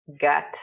Gut